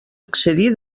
excedir